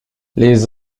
les